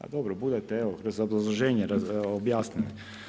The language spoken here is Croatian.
A dobro, budete evo kroz obrazloženje objasnili.